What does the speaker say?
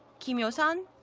kim hyo-sun,